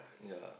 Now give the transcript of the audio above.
ya